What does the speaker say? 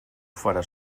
farà